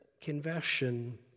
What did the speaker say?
conversion